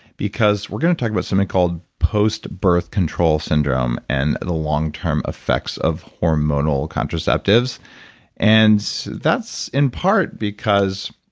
because we're going to talk about something called post-birth control syndrome, and the long-term effects of hormonal contraceptives and that's, in part, because